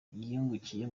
yungukiye